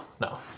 No